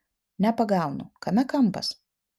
nepagaunu kame kampas